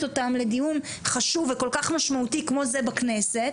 אותם לדיון חשוב וכל כך משמעותי כמו זה בכנסת,